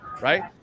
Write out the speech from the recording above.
right